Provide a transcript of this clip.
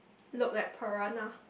look like piranha